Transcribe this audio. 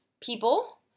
people